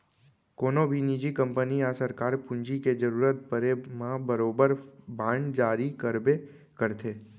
कोनों भी निजी कंपनी या सरकार पूंजी के जरूरत परे म बरोबर बांड जारी करबे करथे